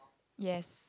yes